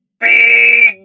Big